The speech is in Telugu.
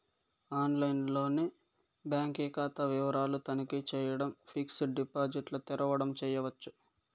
ఆన్లైన్లోనే బాంకీ కాతా వివరాలు తనఖీ చేయడం, ఫిక్సిడ్ డిపాజిట్ల తెరవడం చేయచ్చు